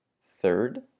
third